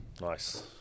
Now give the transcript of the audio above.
Nice